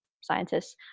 scientists